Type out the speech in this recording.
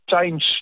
Change